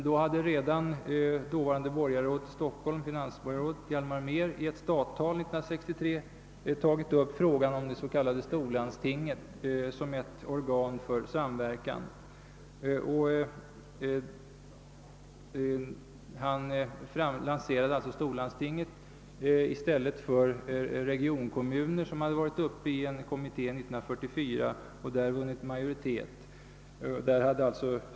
Då hade emellertid dåvarande finansborgarrådet i Stockholm Hjalmar Mehr i ett stattal 1963 tagit upp frågan om det s.k. storlandstinget som ett organ för samverkan. Han lanserade alltså detta i stället för förslaget om regionkommuner som varit uppe i 1944 års kommitté för kommunal samverkan och vunnit majoritet.